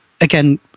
Again